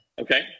Okay